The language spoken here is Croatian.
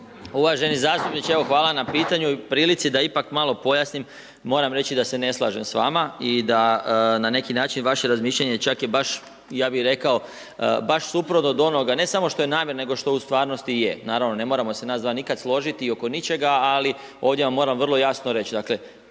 Uvaženi zastupniče, evo hvala na pitanju i ovoj prilici da ipak malo pojasnim, moram reći da se ne slažem s vama i da na neki način razmišljanje čak je baš ja bi rekao, baš suprotno od onoga ne samo što je namjera nego što u stvarnosti je. Naravno, ne moramo se nas dva nikad složiti i oko ničega ali ovdje vam moram vrlo jasno reći,